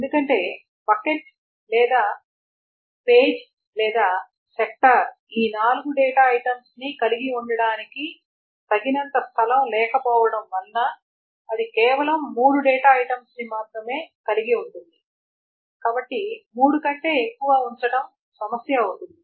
ఎందుకంటే బకెట్ లేదా పేజీ లేదా సెక్టార్ ఈ నాలుగు డేటా ఐటమ్స్ ని కలిగి ఉండటానికి తగినంత స్థలం లేకపోవటం వలన అది కేవలం మూడు డేటా ఐటమ్స్ ని మాత్రమే కలిగి ఉంటుంది కాబట్టి మూడు కంటే ఎక్కువ ఉంచటం సమస్య అవుతుంది